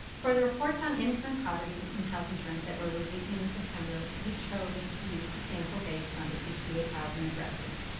for the reports on income and poverty and health insurance that we're releasing in september, we chose to use the sample based on the sixty eight thousand addresses.